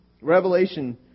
Revelation